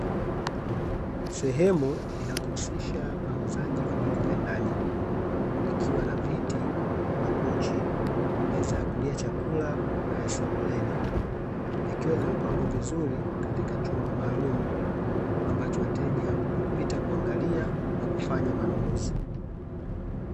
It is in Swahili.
Sehemu inayojihusisha na uuzaji wa vitu vya ndani ikiwa na viti, makochi, meza ya kulia chakula na sebuleni vikiwa vimepangwa vizuri katika chumba maalumu ambacho wateja hupita kuangalia na kufanya manunuzi.